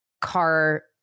car